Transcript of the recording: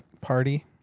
Party